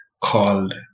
called